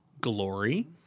glory